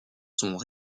sont